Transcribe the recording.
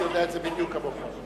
הוא יודע את זה בדיוק כמוך.